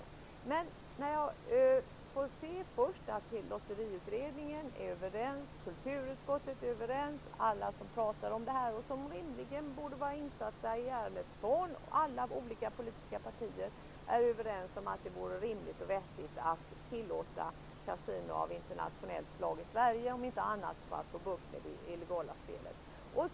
Först har jag fått intrycket att Lotteriutredningen, kulturutskottet och alla som talar om kasinon, vilka rimligen borde vara insatta i ärendet, samt alla politiska partier är överens om att det vore rimligt och vettigt att tillåta kasinon av internationellt slag i Sverige -- om inte annat så för att få bukt med det illegala spelet.